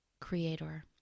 creator